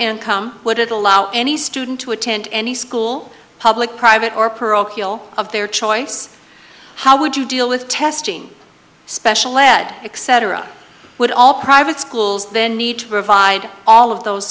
income would it allow any student to attend any school public private or parochial of their choice how would you deal with testing special lead except or i would all private schools then need to provide all of those